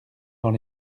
dans